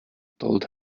told